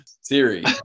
Siri